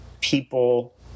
people